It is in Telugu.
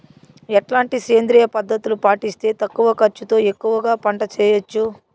ఎట్లాంటి సేంద్రియ పద్ధతులు పాటిస్తే తక్కువ ఖర్చు తో ఎక్కువగా పంట చేయొచ్చు?